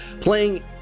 playing